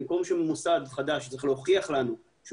במקום שמוסד חדש יצטרך להוכיח לנו שהוא